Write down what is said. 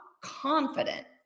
confident